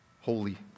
Holy